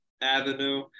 avenue